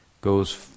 goes